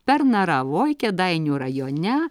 pernaravoj kėdainių rajone